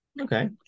okay